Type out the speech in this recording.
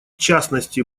частности